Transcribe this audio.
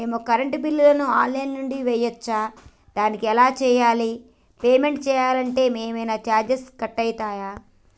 మేము కరెంటు బిల్లును online నుంచి చేయచ్చా? దానికి ఎలా చేయాలి? పేమెంట్ చేయాలంటే ఏమైనా చార్జెస్ కట్ అయితయా?